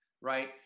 right